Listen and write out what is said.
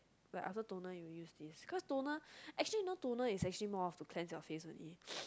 like after toner you use this cause toner actually you know toner is actually more of to cleanse your face only